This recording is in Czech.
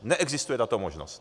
Neexistuje tato možnost.